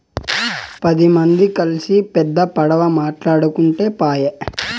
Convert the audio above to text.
పది మంది కల్సి పెద్ద పడవ మాటాడుకుంటే పాయె